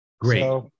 great